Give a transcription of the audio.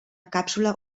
càpsula